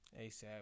ASAP